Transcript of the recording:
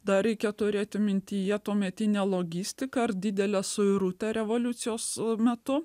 dar reikia turėti mintyje tuometinę logistiką ar didelę suirutę revoliucijos metu